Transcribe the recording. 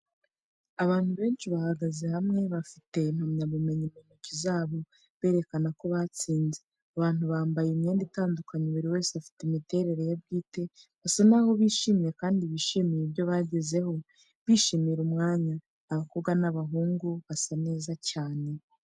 Abantu benshi bahagaze hamwe, bafite impamyabumenyi mu ntoki zabo, berekana ko batsinze. Abantu bambaye imyenda itandukanye, buri wese afite imiterere ye bwite. Basa n'aho bishimye kandi bishimiye ibyo bagezeho, bishimira umwanya. Abakobwa n'abahungu basa neza cyane.